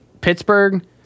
Pittsburgh